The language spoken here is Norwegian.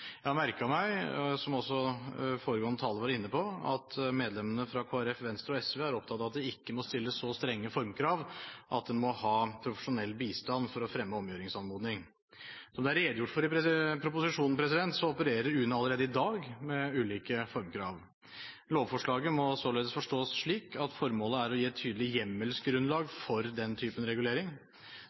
Jeg har merket meg, som også foregående taler var inne på, at medlemmene fra Kristelig Folkeparti, Venstre og SV er opptatt av at det ikke må stilles så strenge formkrav at en må ha profesjonell bistand for å fremme omgjøringsanmodning. Som det er redegjort for i proposisjonen, opererer UNE allerede i dag med ulike formkrav. Lovforslaget må således forstås slik at formålet er å gi et tydelig hjemmelsgrunnlag for den typen regulering.